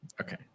Okay